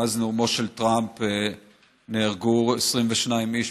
מאז נאומו של טראמפ נהרגו 22 איש,